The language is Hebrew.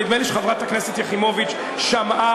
נדמה לי שחברת הכנסת יחימוביץ שמעה,